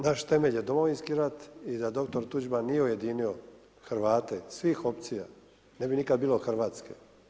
Naš temelj je Domovinski rat i da doktor Tuđman nije ujedinio Hrvate svih opcija, ne bi nikad bilo Hrvatske.